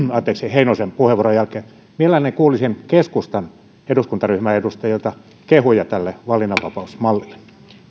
heinosen puheenvuorojen jälkeen mielelläni kuulisin keskustan eduskuntaryhmän edustajilta kehuja tälle valinnanvapausmallille